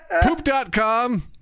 Poop.com